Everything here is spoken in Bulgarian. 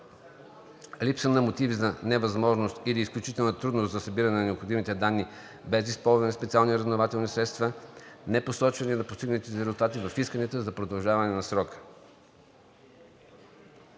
липса на мотиви за невъзможност или изключителни трудности за събиране на необходимите данни без използване на специални разузнавателни средства; непосочване на постигнатите резултати в исканията за продължаване на срока.